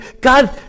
God